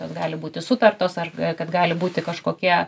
jos gali būti sutartos ar kad gali būti kažkokie